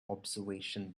observation